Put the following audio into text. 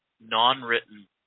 non-written